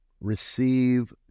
Receive